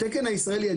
התקן הישראלי,